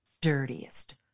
dirtiest